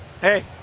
hey